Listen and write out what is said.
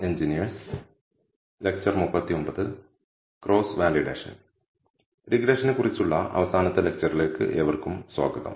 cross validation റിഗ്രെഷനെക്കുറിച്ചുള്ള അവസാനത്തെ ലെക്ച്ചറിലേക്ക് ഏവർക്കും സ്വാഗതം